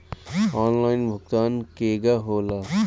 Online भुगतान केगा होला?